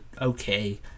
okay